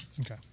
Okay